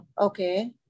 okay